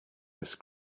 this